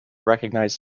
recognized